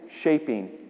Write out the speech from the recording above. shaping